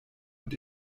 und